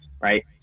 Right